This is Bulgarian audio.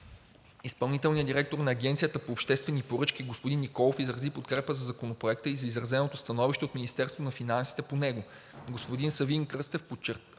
Изпълнителният директор на Агенцията по обществени поръчки, господин Николов изрази подкрепа за Законопроекта и за изразеното становище от Министерството на финансите по него. Господин Савин Кръстев посочи,